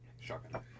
Shotgun